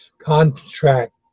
contract